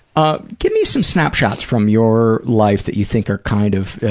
ah give me some snapshots from your life that you think are kind of